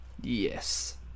Yes